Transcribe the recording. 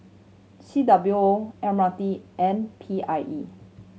C W O M R T and P I E